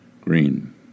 Green